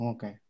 Okay